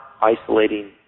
isolating